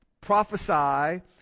prophesy